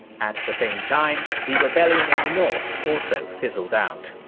at the same time, the rebellion in the north also fizzled out.